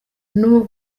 bamwe